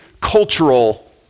cultural